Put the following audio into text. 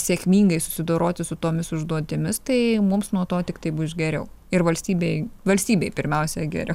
sėkmingai susidoroti su tomis užduotimis tai mums nuo to tiktai bus geriau ir valstybei valstybei pirmiausia geriau